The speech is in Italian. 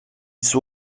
suo